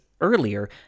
earlier